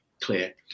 clear